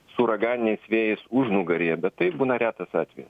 su uraganiniais vėjais užnugaryje bet tai būna retas atveja